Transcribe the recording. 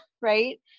right